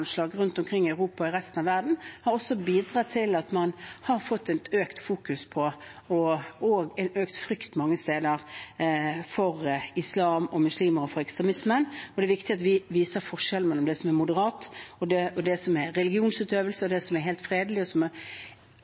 IS-terroranslag rundt omkring i Europa og i resten av verden har bidratt til økt fokus på islam, muslimer og ekstremisme – og økt frykt mange steder. Det er viktig at vi viser forskjellen mellom det som er moderat og helt fredelig religionsutøvelse, det mer enn 99 pst. av alle muslimer i Norge tror på, relatert til de få som